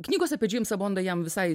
knygos apie džeimsą bondą jam visai